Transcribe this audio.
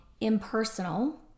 impersonal